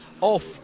off